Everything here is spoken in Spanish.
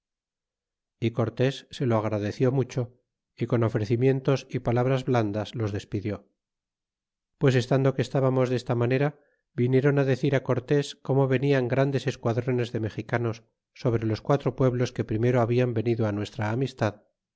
y cortes se lo agradeció mucho y con ofrecimientos y palabras blandas los despidió pues estando que estábamos desta manera vinieron decir cortés como venian grandes esquadrones de mexicanos sobre los quatro pueblos que primero habian venido nuestra amistad